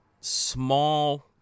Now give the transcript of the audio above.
small